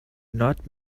not